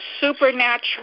supernatural